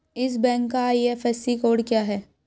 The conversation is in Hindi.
इस बैंक का आई.एफ.एस.सी कोड क्या है?